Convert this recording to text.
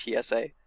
TSA